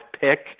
pick